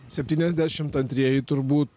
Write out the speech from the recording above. septyniasdešimt antrieji turbūt